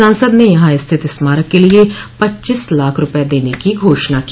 सांसद ने यहां स्थित स्मारक के लिये पच्चीस लाख रूपये देने की घोषणा की